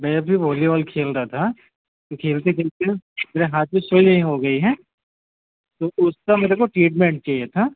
मैं अभी वॉलीवॉल खेल रहा था तो खेलते खेलते मेरे हाथ में स्वेलिंग हो गई है तो उसका मेरे को ट्रीटमेंट चाहिए था